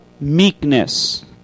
meekness